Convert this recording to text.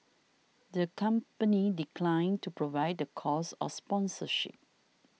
the company declined to provide the cost of sponsorship